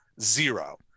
zero